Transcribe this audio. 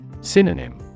Synonym